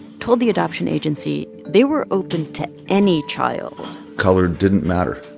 told the adoption agency they were open to any child color didn't matter.